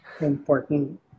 important